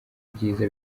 byiza